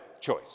choice